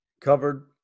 covered